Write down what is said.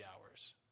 hours